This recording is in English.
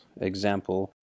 example